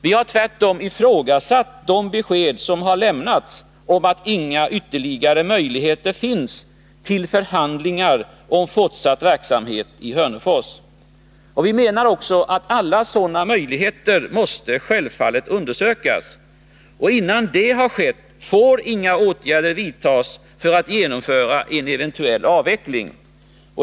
Vi ifrågasätter tvärtom de besked som lämnats om att inga ytterligare möjligheter finns till förhandlingar om fortsatt verksamhet i Hörnefors. Vi menar också att alla sådana möjligheter självfallet måste undersökas. Innan det har skett får inga åtgärder vidtas för att genomföra en eventuell avveckling.